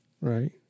right